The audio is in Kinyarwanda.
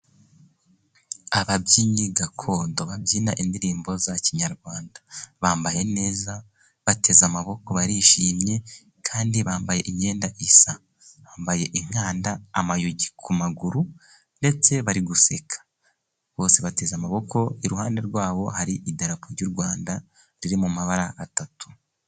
Ababyinnyi gakondo babyina indirimbo za kinyarwanda , bambaye neza bateze amaboko barishimye, kandi bambaye imyenda isa. Bambaye inkanda, amayugi ku maguru ndetse bari guseka bose bateze amaboko. Iruhande rwabo hari idarapo ry'u Rwanda riri mu mabara atatu.